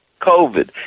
COVID